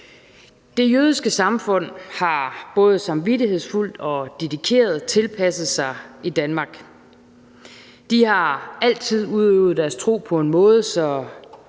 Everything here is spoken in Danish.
Det jødiske samfund har både samvittighedsfuldt og dedikeret tilpasset sig forholdene i Danmark. De har altid udøvet deres tro på en måde, så